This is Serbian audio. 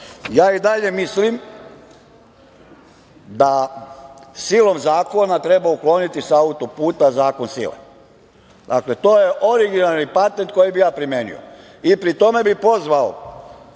i dalje mislim da silom zakona treba ukloniti sa autoputa zakon sile. Dakle, to je originalni patent koji bi ja primenio. Pri tome bih pozvao